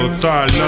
total